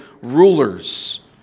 rulers